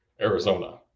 Arizona